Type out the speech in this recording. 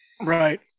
Right